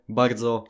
bardzo